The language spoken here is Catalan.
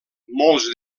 molts